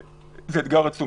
יש פחות הדבקה בחוץ,